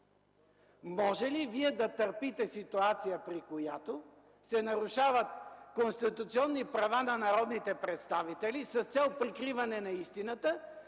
Може ли Вие да търпите ситуация, при която се нарушават конституционни права на народните представители, с цел прикриване на истината,